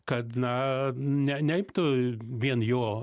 kad na ne neimtų vien jo